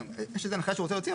יש איזה הנחיה שהוא רוצה להוציא,